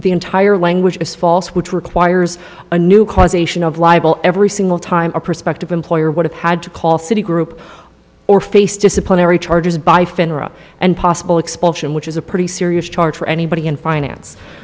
the entire language is false which requires a new causation of libel every single time a prospective employer would have had to call citi group or face disciplinary charges by finra and possible expulsion which is a pretty serious charge for anybody in finance